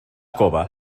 cova